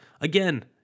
again